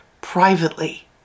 privately